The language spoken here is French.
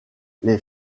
les